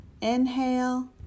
inhale